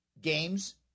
games